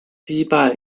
击败